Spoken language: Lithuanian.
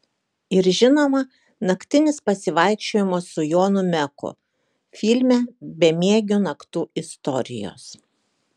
ir žinoma naktinis pasivaikščiojimas su jonu meku filme bemiegių naktų istorijos